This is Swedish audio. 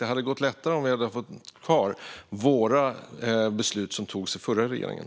Det hade gått lättare om vi hade fått ha kvar de beslut som togs i den förra regeringen.